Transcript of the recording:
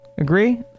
Agree